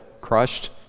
crushed